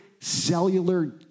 cellular